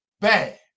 bad